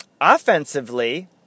Offensively